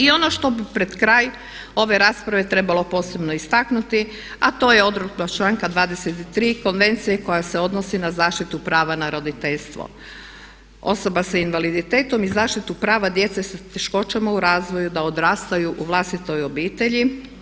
I ono što bi pred kraj ove rasprave trebalo posebno istaknuti a to je odredba članka 23. konvencije koja se odnosi na zaštiti prava na roditeljstvo osoba sa invaliditetom i zaštitu prava djece sa teškoćama u razvoju da odrastaju u vlastitoj obitelji.